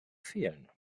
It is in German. fehlen